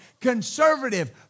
conservative